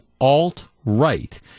alt-right